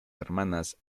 hermanas